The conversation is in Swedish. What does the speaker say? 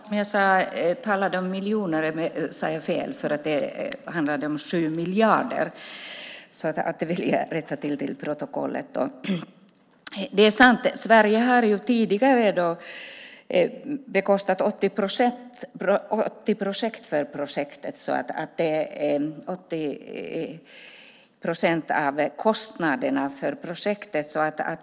Herr talman! Om jag talade om miljoner sade jag fel. Det handlar om 7 miljarder. Det vill jag rätta till i protokollet. Det är sant att Sverige tidigare har betalat 80 procent av kostnaderna för projektet.